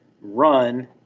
run